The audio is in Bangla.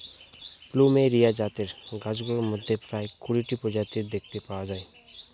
প্লুমেরিয়া জাতের গাছগুলোর মধ্যে প্রায় কুড়িটা প্রজাতি দেখতে পাওয়া যায়